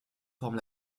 forme